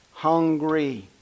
hungry